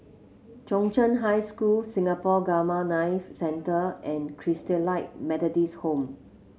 Chung Cheng High School Singapore Gamma Knife Centre and Christalite Methodist Home